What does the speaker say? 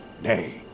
Nay